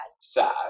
Sad